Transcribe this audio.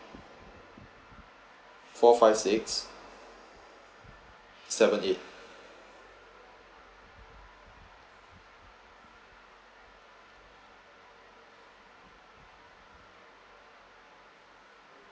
four five six seven eight